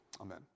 amen